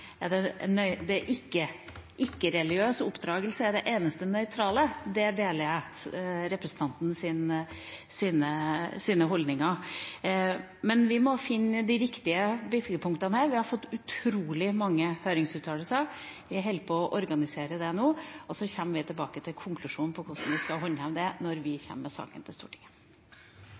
eneste nøytrale. Der deler jeg representantens holdninger. Men vi må finne de riktige vippepunktene her. Vi har fått utrolig mange høringsuttalelser. Vi holder på å organisere det nå. Så kommer vi tilbake til konklusjonen på hvordan vi skal håndheve det, når vi kommer med saken til Stortinget.